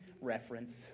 Reference